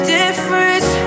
difference